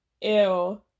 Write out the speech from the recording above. Ew